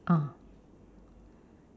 oh